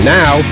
now